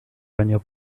años